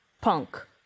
Punk